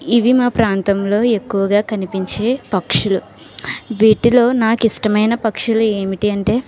ఇవి మా ప్రాంతంలో ఎక్కువగా కనిపించే పక్షులు వీటిలో నాకు ఇష్టమైన పక్షులు ఏమిటి అంటే